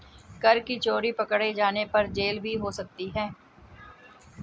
कर की चोरी पकडे़ जाने पर जेल भी हो सकती है